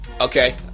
Okay